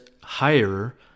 higher